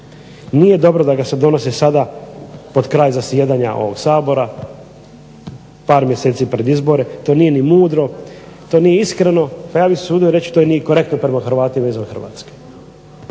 Nije dobro da ga se donosi sada pod kraj zasjedanja ovoga Sabora, par mjeseci pred izbore. To nije ni mudro, to nije ni iskreno pa ja bih se usudio reći to nije korektno prema Hrvatima izvan Hrvatske.